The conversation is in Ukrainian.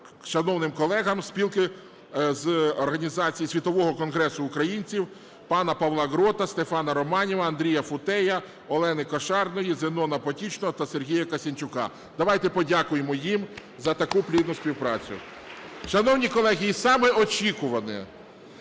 шановним колегам зі спілки, з організації Світового Конгресу Українців пана Павла Ґрода, Стефана Романіва, Андрія Футея, Олени Кошарної, Зенона Потічного та Сергія Касянчука. Давайте подякуємо їм за таку плідну співпрацю . (Оплески) Шановні колеги, і саме очікуване.